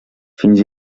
fins